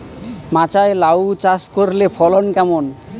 মাচায় লাউ চাষ করলে ফলন কেমন?